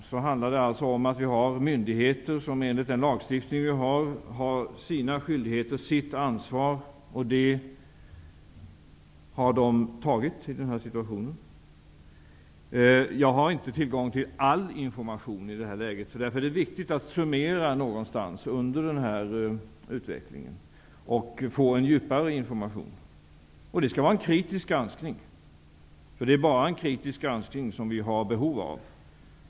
Den handlar alltså om att vi har myndigheter som enligt gällande lagstiftning har sina skyldigheter och sitt ansvar. Det ansvaret har de tagit i den situation som uppstått. Jag har inte tillgång till all information i det här läget. Därför är det viktigt att summera någonstans under den pågående utvecklingen och få en djupare information. Det skall vara en kritisk granskning, för det är bara en kritisk granskning som vi har behov av.